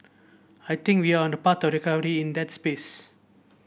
I think we're on a path to recovery in that's space